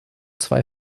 zwei